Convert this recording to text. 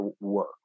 work